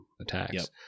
attacks